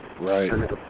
right